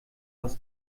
was